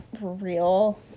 real